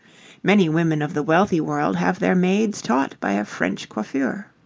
many women of the wealthy world have their maids taught by a french coiffeur.